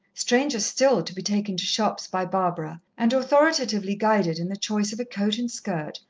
stranger still to be taken to shops by barbara and authoritatively guided in the choice of a coat and skirt,